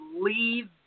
leave